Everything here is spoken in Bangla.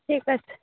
ঠিক আছে